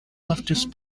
leftist